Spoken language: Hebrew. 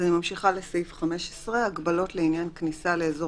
אז אני ממשיכה לסעיף 15. "הגבלות לעניין כניסה לאזור